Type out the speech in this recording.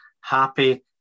happy